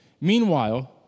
Meanwhile